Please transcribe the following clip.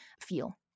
feel